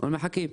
ואנחנו מחכים.